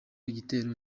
igitero